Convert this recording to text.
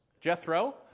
Jethro